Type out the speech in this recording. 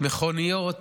מכוניות